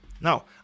Now